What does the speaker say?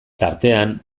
tartean